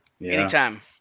Anytime